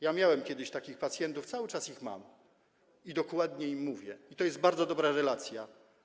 Ja miałem kiedyś takich pacjentów, cały czas ich mam, i dokładnie im mówię, i to jest bardzo dobra relacja.